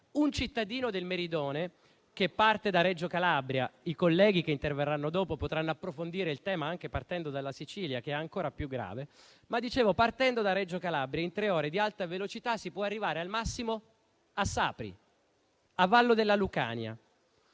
un cittadino del meridione che parte da Reggio Calabria - i colleghi che interverranno dopo potranno approfondire il tema anche partendo dalla Sicilia, che è ancora più grave - in tre ore di alta velocità potrà arrivare al massimo a Sapri o a Vallo della Lucania.